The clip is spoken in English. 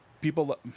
people